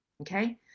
Okay